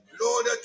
Lord